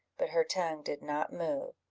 but her tongue did not move.